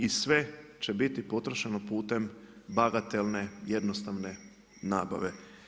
I sve će biti potrošeno putem bagatelne, jednostavne nabave.